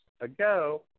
ago